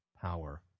power